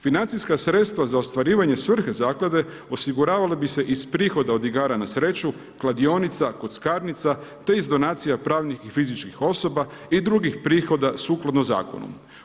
Financijska sredstva za ostvarivanje svrhe zaklade osiguravale bi se iz prihoda od igara na sreću, kladionica, kockarnica te iz donacija pravnih i fizičkih osoba i drugih prihoda sukladno zakonu.